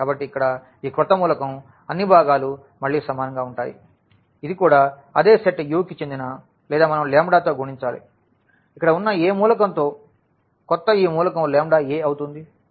కాబట్టి ఇక్కడ ఈ క్రొత్త మూలకం అన్ని భాగాలు మళ్ళీ సమానంగా ఉంటాయి ఇది కూడా అదే సెట్ U కి చెందిన లేదా మనం తో గుణించాలి ఇక్కడ ఉన్న ఏ మూలకం తో కొత్త ఈ మూలకం λa అవుతుంది